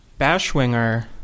Bashwinger